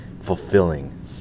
fulfilling